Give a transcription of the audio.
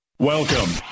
Welcome